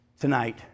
tonight